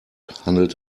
handelt